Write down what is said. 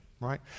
right